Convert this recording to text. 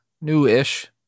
new-ish